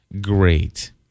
great